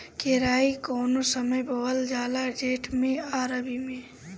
केराई कौने समय बोअल जाला जेठ मैं आ रबी में?